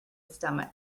stomach